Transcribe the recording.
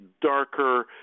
darker